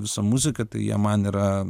visa muzika tai jie man yra